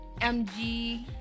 mg